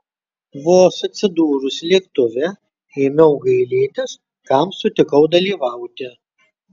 vos atsidūrusi lėktuve ėmiau gailėtis kam sutikau dalyvauti